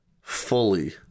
fully